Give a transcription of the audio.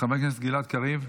חבר הכנסת גלעד קריב,